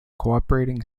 cooperating